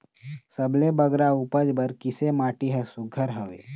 सबले बगरा उपज बर किसे माटी हर सुघ्घर हवे?